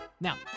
Now